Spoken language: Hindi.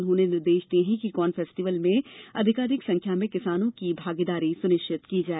उन्होंने निर्देश दिये कि कॉर्न फेस्टिवल में अधिकाधिक संख्या में किसानों की भागीदारी सुनिश्चित की जाए